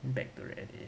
back to Reddit